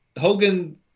Hogan